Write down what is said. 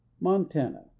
Montana